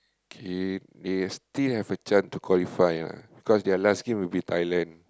okay they still have a chance to qualify lah because their last game will be Thailand